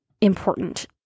important